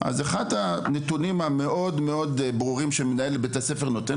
אז אחד הנתונים המאוד ברורים שמנהל בית הספר נותן